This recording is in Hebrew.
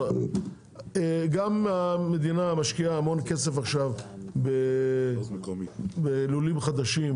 גם המדינה משקיעה המון כסף עכשיו בלולים חדשים